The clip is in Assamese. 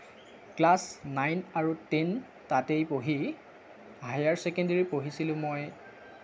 ক্লাছ নাইন আৰু টেন তাতেই পঢ়ি হায়াৰ ছেকেণ্ডেৰী পঢ়িছিলোঁ মই